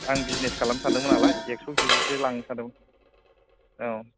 आं बिजिनेस खालामनो सानदोंमोन नालाय एक्स' कि जिसो लांनो सान्दोंमोन औ